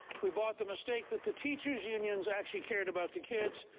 we bought the mistake that the teachers unions actually cared about the kids.